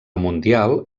mundial